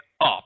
up